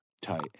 tight